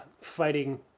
fighting